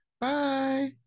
Bye